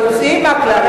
יוצאים מן הכלל.